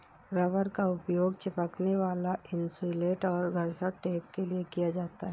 rubber का उपयोग चिपकने वाला इन्सुलेट और घर्षण टेप के लिए किया जाता है